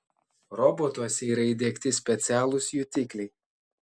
robotuose yra įdiegti specialūs jutikliai